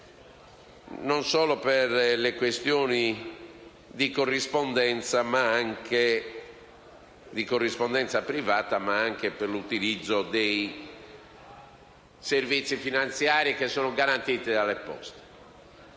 non solo per le questioni di corrispondenza privata, ma anche per l'utilizzo dei servizi finanziari che sono garantiti dalle poste.